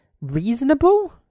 reasonable